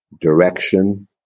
direction